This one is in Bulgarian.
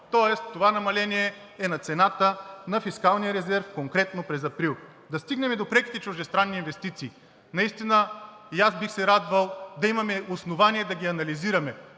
Тоест това намаление е на цената на фискалния резерв конкретно през месец април. Да стигнем до преките чуждестранни инвестиции. Наистина и аз бих се радвал да имаме основание да ги анализираме.